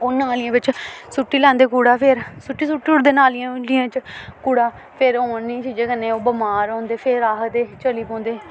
ओह् नालियें बिच्च सुट्टी लैंदे कूड़ा फिर सुट्टी सुट्टी ओड़दे नालियां हियें कूड़ा फिर ओह् चीज जेह्दे कन्नै ओह् बमार होंदे फिर आखदे चली पौंदे